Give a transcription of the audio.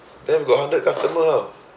then we got hundred customer